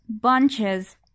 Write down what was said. Bunches